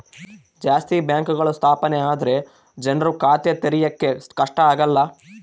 ಜಾಸ್ತಿ ಬ್ಯಾಂಕ್ಗಳು ಸ್ಥಾಪನೆ ಆದ್ರೆ ಜನ್ರು ಖಾತೆ ತೆರಿಯಕ್ಕೆ ಕಷ್ಟ ಆಗಲ್ಲ